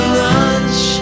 lunch